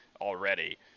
already